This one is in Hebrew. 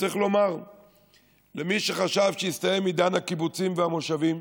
וצריך לומר למי שחושב שהסתיים עידן הקיבוצים והמושבים,